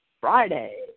Friday